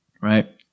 right